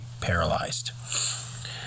paralyzed